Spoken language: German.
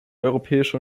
europäische